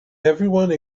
everyone